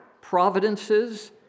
providences